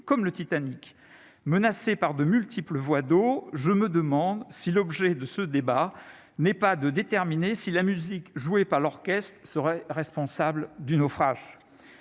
comme le Titanic menacé par de multiples voies d'eau, je me demande si l'objet de ce débat n'est pas de déterminer si la musique jouée par l'orchestre d'serait responsable du naufrage,